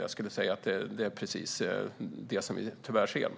Jag skulle säga att det är precis det som vi tyvärr ser.